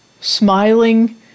smiling